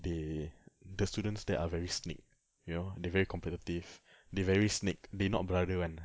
they the students there are very snake you know they're very competitive they're very snake they not brother [one] ah